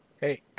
Hey